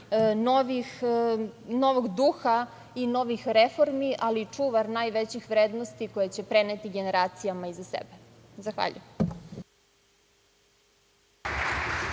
novog duha i novih reformi, ali i čuvar najvećih vrednosti koje će preneti generacijama iza sebe. Zahvaljujem.